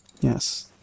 Yes